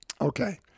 Okay